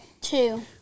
Two